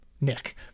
Nick